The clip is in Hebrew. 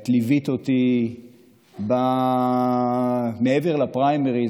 את ליווית אותי מעבר לפריימריז,